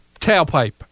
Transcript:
tailpipe